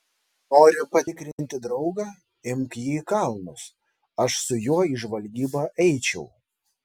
nori patikrinti draugą imk jį į kalnus aš su juo į žvalgybą eičiau